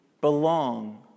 belong